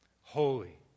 Holy